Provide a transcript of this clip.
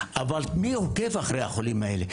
אבל מי עוקב אחרי החולים האלה?